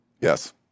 Yes